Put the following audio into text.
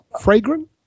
Fragrant